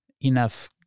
enough